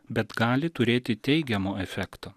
bet gali turėti teigiamo efekto